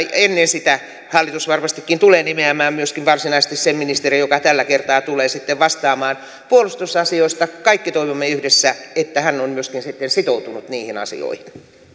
ennen sitä hallitus varmastikin tulee nimeämään myöskin varsinaisesti sen ministerin joka tällä kertaa tulee vastaamaan puolustusasioista kaikki toivomme yhdessä että hän on myöskin sitten sitoutunut niihin asioihin